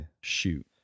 Shoot